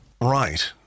Right